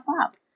up